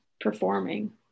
performing